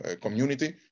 community